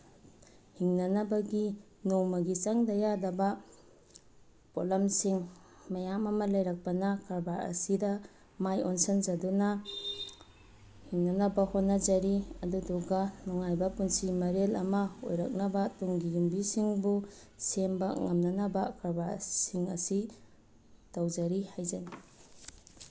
ꯍꯤꯡꯅꯅꯕꯒꯤ ꯅꯣꯡꯃꯒꯤ ꯆꯪꯗ ꯌꯥꯗꯕ ꯄꯣꯠꯂꯝꯁꯤꯡ ꯃꯌꯥꯝ ꯑꯃ ꯂꯩꯔꯛꯄꯅ ꯀꯔꯕꯥꯔ ꯑꯁꯤꯗ ꯃꯥꯏ ꯑꯣꯟꯁꯤꯟꯖꯗꯨꯅ ꯍꯤꯡꯅꯅꯕ ꯍꯣꯠꯅꯖꯔꯤ ꯑꯗꯨꯗꯨꯒ ꯅꯨꯡꯉꯥꯏꯕ ꯄꯨꯟꯁꯤ ꯃꯔꯦꯜ ꯑꯃ ꯑꯣꯏꯔꯛꯅꯕ ꯇꯨꯡꯒꯤ ꯌꯨꯝꯕꯤꯁꯤꯡꯕꯨ ꯁꯦꯝꯕ ꯉꯝꯅꯅꯕ ꯀꯔꯕꯥꯔꯁꯤꯡ ꯑꯁꯤ ꯇꯧꯖꯔꯤ ꯍꯥꯏꯖꯔꯤ